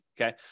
okay